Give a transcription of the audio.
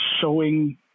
showing